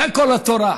זו כל התורה.